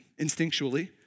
instinctually